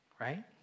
right